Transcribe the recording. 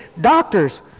doctors